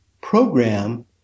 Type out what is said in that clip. program